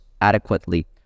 adequately